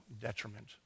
detriment